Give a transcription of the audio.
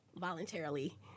voluntarily